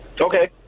Okay